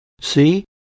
See